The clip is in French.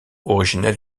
originelle